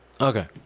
Okay